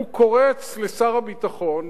הוא קורץ לשר הביטחון